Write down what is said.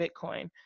Bitcoin